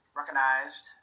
recognized